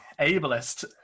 ableist